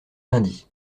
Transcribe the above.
lundi